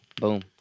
Boom